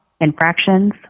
infractions